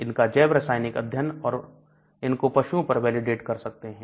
इनका जैव रासायनिक अध्ययन और इनको पशुओं पर वैलिडेट कर सकते हैं